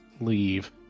leave